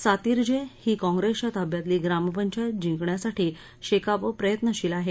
सातिर्जे ही कॉप्रेसच्या ताब्यातली ग्रामपंचायत जिंकण्यासाठी शेकाप प्रयत्नशील आहेत